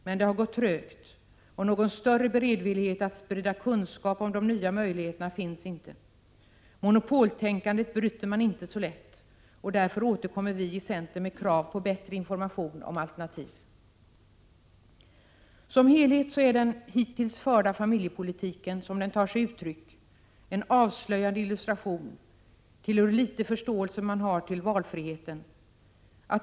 Men det har gått trögt och någon större beredvillighet att sprida kunskap om de nya möjligheterna finns inte. Monopoltänkandet bryter man inte så lätt och det är därför vi i centerpartiet återkommer med krav om bättre information om alternativ. Som helhet är den hittills förda familjepolitiken, som den tar sig ut i dag, en avslöjande illustration på hur litet förståelse man har för valfriheten.